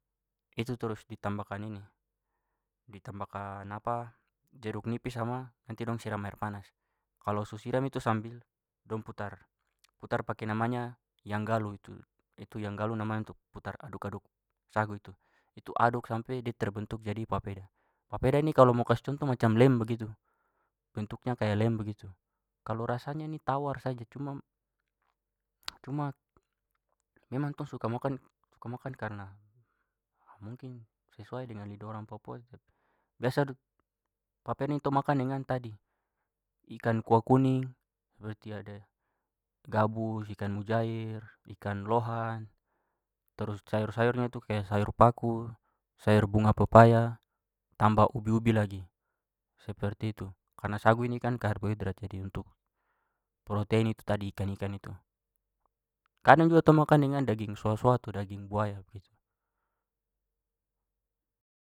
Itu terus ditambahkan ditambahkan jeruk nipis sama nanti dong siram air panas. Kalau su siram itu sambil dong putar- putar pakai namanya yanggalu itu, itu yanggalu namanya untuk putar aduk-aduk sagu itu. Itu aduk sampai de terbentuk jadi papeda. Papeda ini kalau mau kasih contoh macam lem begitu. Bentuknya kayak lem begitu. Kalau rasanya ini tawar saja, cuma- cuma memang tong suka makan- suka makan karena mungkin sesuai dengan lidah orang papua itu. Biasa tu papeda ni tong makan dengan tadi ikan kuah kuning seperti ada gabus, ikan mujair, ikan louhan. Terus sayur-sayurnya itu kayak sayur paku, sayur bunga pepaya, tambah ubi-ubi lagi, seperti itu. Karena sagu ini kan karbohidrat jadi untuk protein itu tadi ikan-ikan itu. Kadang juga tong makan dengan daging soa-soa tu, daging buaya begitu.